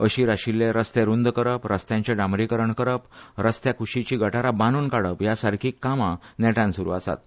अशीर आशिल्ले रस्ते रुंद करप रस्त्यांचे डांबरीकरण करप रस्त्या कुशीची गटारां बांद्रन काडप हे सारकीं कामां नेटान सुरू आसात